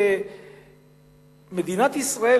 כמדינת ישראל,